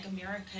America